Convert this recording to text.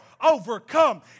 overcome